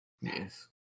Yes